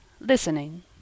listening